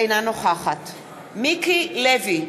אינה נוכחת מיקי לוי,